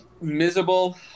miserable